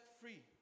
free